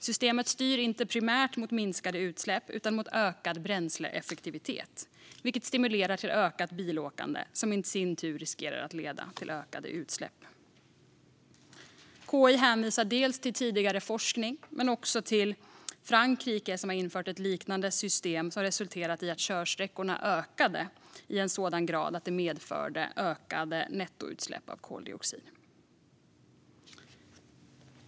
Systemet styr inte primärt mot minskade utsläpp utan mot ökad bränsleeffektivitet, vilket stimulerar till ökat bilåkande, som i sin tur riskerar att leda till ökade utsläpp. KI hänvisar dels till tidigare forskning, dels till Frankrike, som har infört ett liknande system som resulterat i att körsträckorna ökat i sådan grad att det medfört ökade nettoutsläpp av koldioxid.